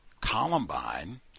Columbine